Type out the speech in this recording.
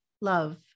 love